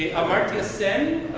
amartya sen,